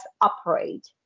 operate